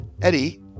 Eddie